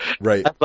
right